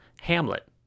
Hamlet